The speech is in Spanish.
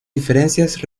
diferencias